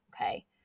Okay